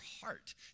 heart